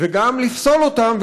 ואולי גם לפסול אותן,